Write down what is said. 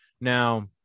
Now